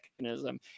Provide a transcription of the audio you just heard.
mechanism